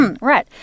Right